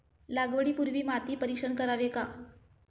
लागवडी पूर्वी माती परीक्षण करावे का?